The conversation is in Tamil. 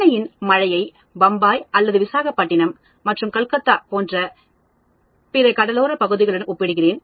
சென்னையின் மழையை பம்பாய் அல்லது விசாகப்பட்டினம் மற்றும் கல்கத்தா போன்ற பிற கடலோரப் பகுதிகளுடன் ஒப்பிடுகிறேன்